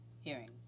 hearing